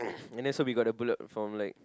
and then so we got the build up from like